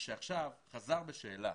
שעכשיו חזר בשאלה,